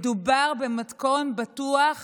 מדובר במתכון בטוח